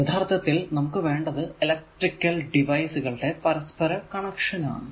യഥാർത്ഥത്തിൽ നമുക്ക് വേണ്ടത് ഇലെക്ട്രിക്കൽ ഡിവൈസുകളുടെ പരസ്പര കണക്ഷൻ ആണ്